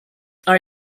are